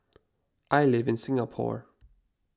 I live in Singapore